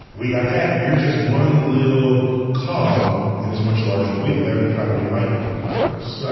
we've got that, and you're just one little cog in this much larger wheel. that would be highly enlightening for us. yeah